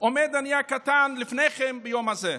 עומד אני הקטן לפניכם ביום הזה.